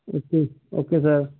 अच्छा okay sir